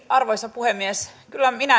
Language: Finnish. arvoisa puhemies kyllä minä